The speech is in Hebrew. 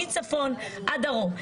מצפון עד דרום.